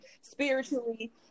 spiritually